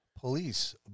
Police